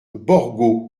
borgo